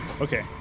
Okay